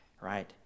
Right